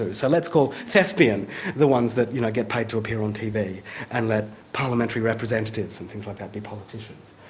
ah so let's call thespian the ones that you know get paid to appear on tv tv and let parliamentary representatives and things like that be politicians.